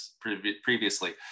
previously